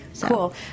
Cool